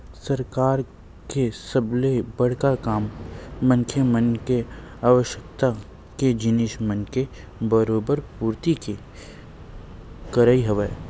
सरकार के सबले बड़का काम मनखे मन के आवश्यकता के जिनिस मन के बरोबर पूरति के करई हवय